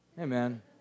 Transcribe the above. Amen